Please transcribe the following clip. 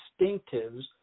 distinctives